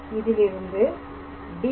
இதிலிருந்து dr